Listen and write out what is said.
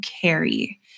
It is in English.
carry